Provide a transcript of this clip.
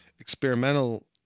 experimental